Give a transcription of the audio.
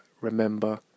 remember